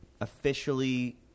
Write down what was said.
officially